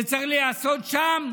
זה צריך להיעשות שם,